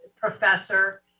professor